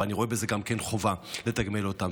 אבל אני רואה בזה גם חובה לתגמל אותם.